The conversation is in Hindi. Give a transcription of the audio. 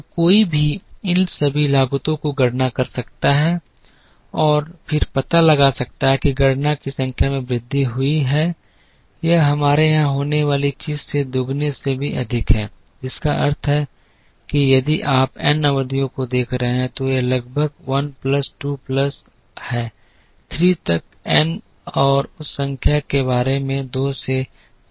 तो कोई भी इन सभी लागतों की गणना कर सकता है और फिर पता लगा सकता है कि गणना की संख्या में वृद्धि हुई है यह हमारे यहां होने वाली चीज़ से दोगुनी से भी अधिक है जिसका अर्थ है कि यदि आप n अवधियों को देख रहे हैं तो यह लगभग 1 प्लस 2 प्लस है 3 तक एन और उस संख्या के बारे में 2 से 3 गुना जाएगा